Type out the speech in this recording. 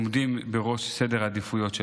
עומדים בראש סדר העדיפויות שלו.